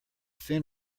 fin